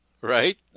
right